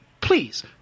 Please